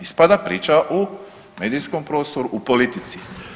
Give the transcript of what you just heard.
Ispada priča u medijskom prostoru, u politici.